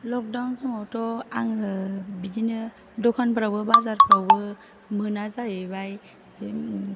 लक down समावथ' आङो बिदिनो दखान फोरावबो बाजार फोरावबो मोना जाहैबाय